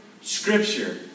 scripture